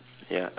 ya